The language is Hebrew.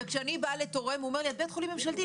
כשאני באה לתורם הוא אומר לי: את בית חולים ממשלתי,